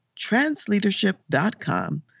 transleadership.com